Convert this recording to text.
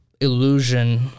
illusion